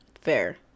Fair